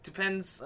Depends